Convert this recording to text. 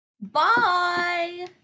Bye